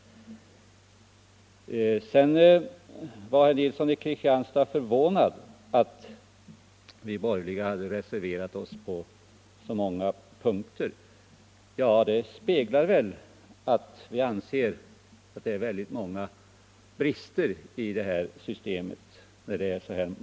Herr Nilsson i Kristianstad var förvånad över att vi borgerliga reserverat oss på så många punkter. De många reservationerna speglar det förhållandet att vi anser att det finns många brister i det här systemet.